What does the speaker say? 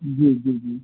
जी जी जी